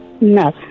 No